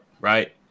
right